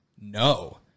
No